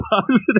positive